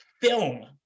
film